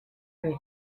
rate